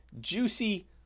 juicy